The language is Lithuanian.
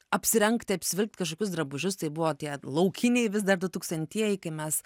apsirengti apsivilkt kažkokius drabužius tai buvo tie laukiniai vis dar du tūkstantieji kai mes